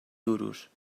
duros